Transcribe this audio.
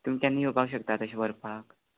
तुम केन्ना येवपा शकतात अशे व्हरपाक